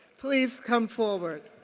please come forward.